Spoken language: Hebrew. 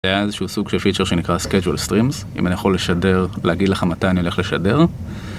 זה היה איזה שהוא סוג של פיצ'ר שנקרא schedule streams, אם אני יכול לשדר, להגיד לך מתי אני הולך לשדר